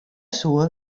soe